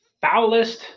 foulest